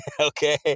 Okay